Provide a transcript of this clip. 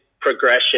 progression